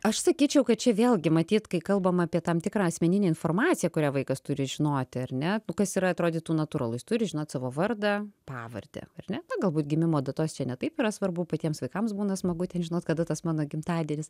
aš sakyčiau kad čia vėlgi matyt kai kalbam apie tam tikrą asmeninę informaciją kurią vaikas turi žinoti ar ne kas yra atrodytų natūralu jis turi žinot savo vardą pavardę ar ne na galbūt gimimo datos čia ne taip yra svarbu patiems vaikams būna smagu ten žinot kada tas mano gimtadienis